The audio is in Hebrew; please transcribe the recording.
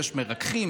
יש מרככים,